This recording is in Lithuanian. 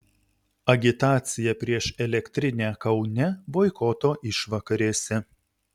agitacija prieš elektrinę kaune boikoto išvakarėse